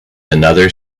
another